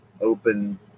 open